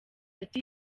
ati